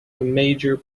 major